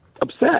upset